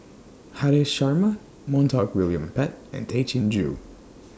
Haresh Sharma Montague William Pett and Tay Chin Joo